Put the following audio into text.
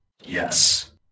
Yes